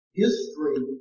history